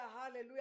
hallelujah